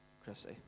Chrissy